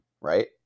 right